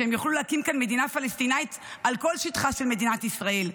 שהם יוכלו להקים כאן מדינה פלסטינית על כל שטחה של מדינת ישראל.